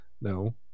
No